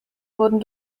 wurden